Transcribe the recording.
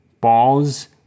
Balls